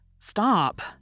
Stop